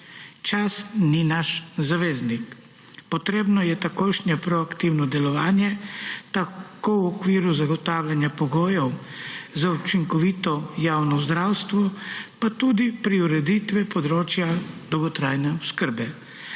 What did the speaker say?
čas ni naš zaveznik. Potrebno je takojšnje proaktivno delovanje v okviru zagotavljanja pogojev za učinkovito javno zdravstvo in pri ureditvi področja dolgotrajne oskrbe.